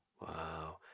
wow